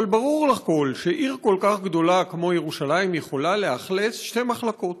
אבל ברור לכול שעיר כל כך גדולה כמו ירושלים יכולה לאכלס שתי מחלקות.